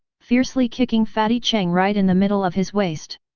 fiercely kicking fatty cheng right in the middle of his waist.